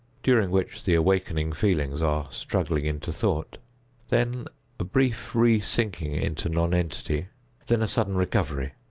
during which the awakening feelings are struggling into thought then a brief re-sinking into non-entity then a sudden recovery.